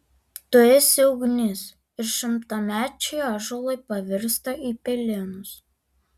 tu esi ugnis ir šimtamečiai ąžuolai pavirsta į pelenus